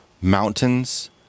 mountains